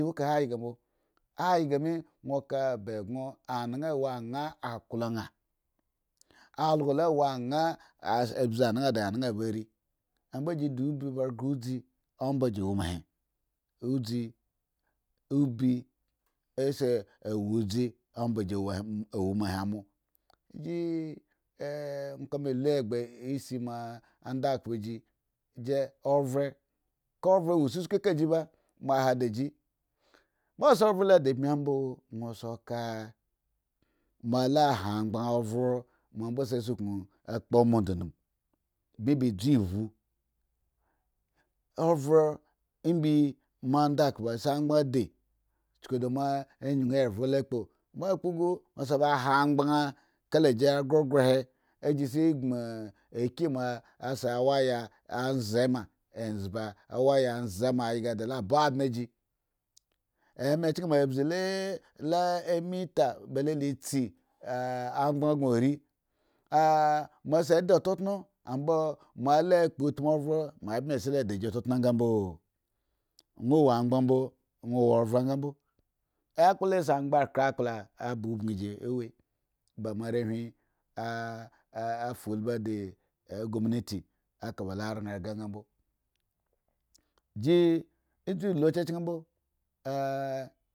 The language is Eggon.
Aygo mi won ka aba eyyon ana awo nga aklo an nga lowo an abzi ana da an ba ari ambe ji da obi ba ghre udzi anba ji wo ma he, udzi ubi ase wo adze omba ji we ma he mo kame l egba isi mo andakbu ji ovies ka ovre wo su su ku ka ji ba mo ha daji mose aro lo da mbi mbo won se ka mo la ha angba ovro a kpo mo di dmu ovro mbi mo andukubu a se anghan lodi chuku damo yin evro lo kpo mo kpo gu sebaha angban kla ji grogrohe agi se gbmu aki mo se amaya anze ma emzba waya amze maayga da loba adme ji arne chen mo la bzi lo la amita ba lola tsi angban gon ori me se di totao mombi se lo de ji totuo anga mbo won wo angban mbo won we are anga mbo akpla si angbakre akpla ka ji choh ji awe a fa uibi di gwomniti ekabake oran ghre nga mbo ji edzu lo cha chen shambo.